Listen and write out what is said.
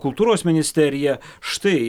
kultūros ministerija štai